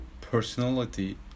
personality